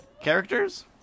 characters